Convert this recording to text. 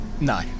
No